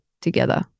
together